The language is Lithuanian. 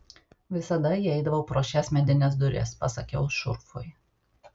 visada įeidavau pro šias medines duris pasakiau šurfui